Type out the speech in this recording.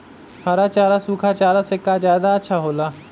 हरा चारा सूखा चारा से का ज्यादा अच्छा हो ला?